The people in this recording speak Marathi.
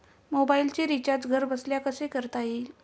मोबाइलचे रिचार्ज घरबसल्या कसे करता येईल?